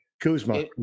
Kuzma